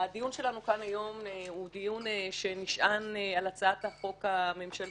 הדיון שלנו כאן היום הוא דיון שנשען על הצעת החוק הממשלתית.